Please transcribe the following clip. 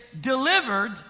delivered